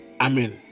Amen